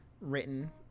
written